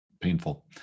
painful